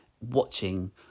watching